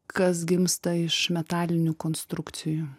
kas gimsta iš metalinių konstrukcijų